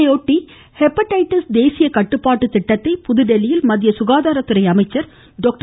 இதையொட்டி ஹெப்படைட்டிஸ் தேசிய கட்டுப்பாட்டு திட்டத்தை புதுதில்லியில் மத்திய சுகாதாரத்துறை அமைச்சர் டாக்டர்